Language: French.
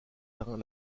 obtint